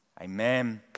Amen